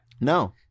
No